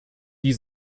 die